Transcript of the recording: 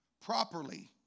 properly